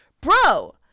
Bro